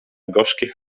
gorzkich